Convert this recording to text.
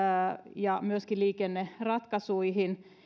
myöskin liikenneratkaisuihin